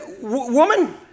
woman